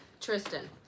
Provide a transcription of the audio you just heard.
Tristan